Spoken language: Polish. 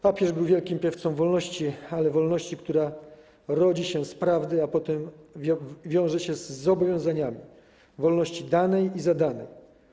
Papież był wielkim piewcą wolności, ale wolności, która rodzi się z prawdy, a potem wiąże się ze zobowiązaniami, wolności danej i zadanej.